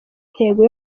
intego